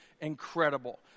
incredible